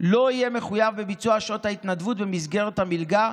לא יהיה מחויב בביצוע שעות ההתנדבות במסגרת המלגה,